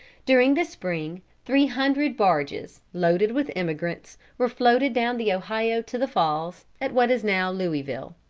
during the spring three hundred barges, loaded with emigrants, were floated down the ohio to the falls, at what is now louisville.